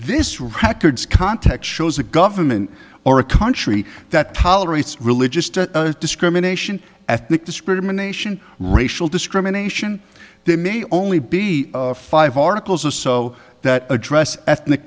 this records context shows a government or a country that tolerate religious discrimination ethnic discrimination racial discrimination they may only be five articles or so that address ethnic